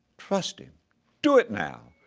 trust him do it now!